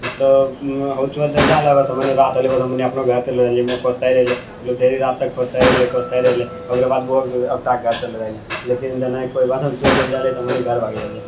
मतलब कुछो देल जाइले बस मने रात होलै बस हमनी अपनो घर चलि अयलियै खोजिते रहलै मतलब देरी राति तक खोजिते रहलै खोजिते रहिलै ओकरो बाद ओ अगटा गाछ लेकिन जेना कोइ जाइले तऽ मने घर भगि जाइल रहियै